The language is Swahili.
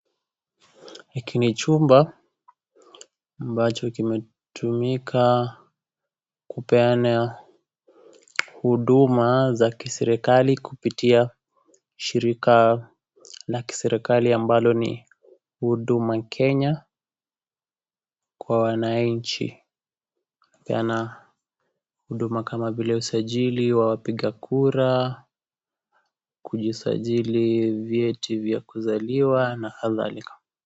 Hiki ni chumba ambacho kimetumika kupeana huduma za [cs ] kiserekali kupitia shirika la kiserekali ambalo ni Huduma Kenya kwa wananchi . Hupeana huduma kama vile usajili wa wapiga kura kujisajili vyeti vya kuzaliwa na kadhalika.